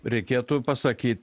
reikėtų pasakyt